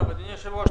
אדוני היושב-ראש,